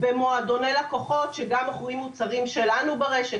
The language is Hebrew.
במועדוני לקוחות שגם מוכרים מוצרים שלנו ברשת,